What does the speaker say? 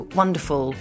wonderful